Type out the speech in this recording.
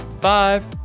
five